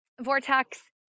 Vortex